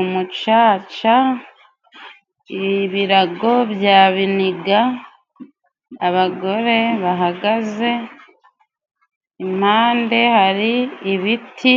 Umucaca, ibirago bya biniga, abagore bahagaze impande hari ibiti,